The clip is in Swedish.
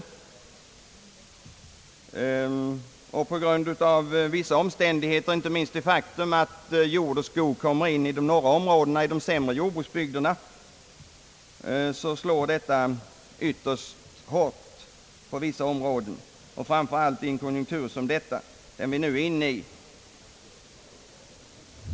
Av vissa omständigheter, inte minst det faktum att skogen kommer in i bilden i de sämre lottade jordbruksområdena främst i de norra delarna av landet, slår detta mycket hårt på sina håll; framför allt i en konjunktur som den vi nu är inne i.